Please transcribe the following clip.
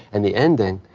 and the ending,